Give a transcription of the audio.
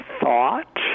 thought